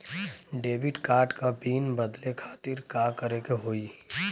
Debit card क pin बदले खातिर का करेके होई?